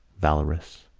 valorous.